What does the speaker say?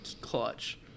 clutch